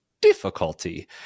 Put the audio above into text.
difficulty